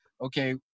okay